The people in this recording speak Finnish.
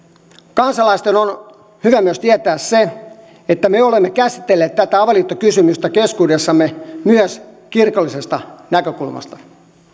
kansalaisten on hyvä myös tietää se että me olemme käsitelleet tätä avioliittokysymystä keskuudessamme myös kirkollisesta näkökulmasta